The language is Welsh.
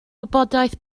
wybodaeth